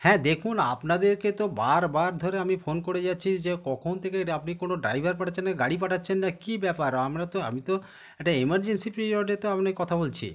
হ্যাঁ দেখুন আপনাদেরকে তো বারবার ধরে আমি ফোন করে যাচ্ছি যে কখন থেকে একটা আপনি কোনো ড্রাইভার পাঠাচ্ছেন না গাড়ি পাঠাচ্ছেন না কী ব্যাপার আমরা তো আমি তো একটা ইমারজেন্সি পিরিয়ডে তো আপনাকে কথা বলছি